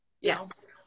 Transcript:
Yes